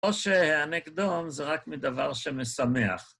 או שהיאנק דום זה רק מדבר שמשמח.